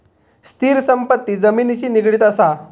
स्थिर संपत्ती जमिनिशी निगडीत असा